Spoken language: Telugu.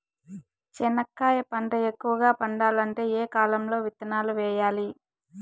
చెనక్కాయ పంట ఎక్కువగా పండాలంటే ఏ కాలము లో విత్తనాలు వేయాలి?